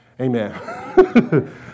Amen